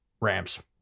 Rams